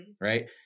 Right